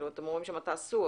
אתם אומרים שם מה תעשו.